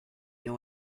know